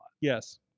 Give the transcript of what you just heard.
Yes